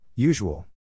Usual